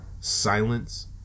silence